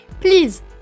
Please